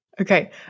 Okay